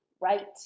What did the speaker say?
right